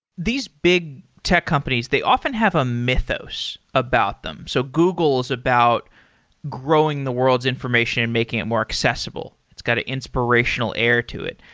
these big tech companies, they often have a mythos about them. so google is about growing the world's information, and making it more accessible. it's got ah inspirational air to it.